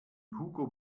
hugo